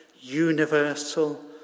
universal